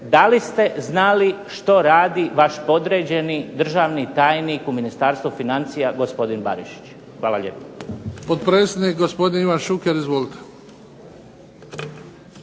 da li ste znali što radi vaš podređeni državni tajnik u Ministarstvu financija gospodin Barišić? Hvala lijepo. **Bebić, Luka (HDZ)** Potpredsjednik gospodin Ivan Šuker. Izvolite.